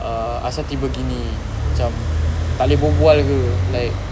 ah asal tiba gini cam takleh berbual ke like